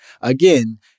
again